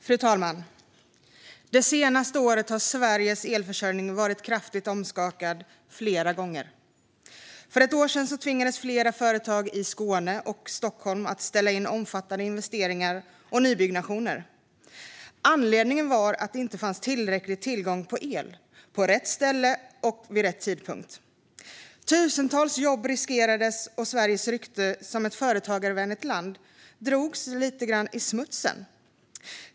Fru talman! Det senaste året har Sveriges elförsörjning varit kraftigt omskakad flera gånger. För ett år sedan tvingades flera företag i Skåne och Stockholm att ställa in omfattande investeringar och nybyggnationer. Anledningen var att det inte fanns tillräcklig tillgång till el på rätt ställe och vid rätt tidpunkt. Tusentals jobb riskerades, och Sveriges rykte som ett företagarvänligt land drogs lite grann i smutsen.